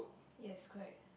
yes correct